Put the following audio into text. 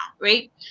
right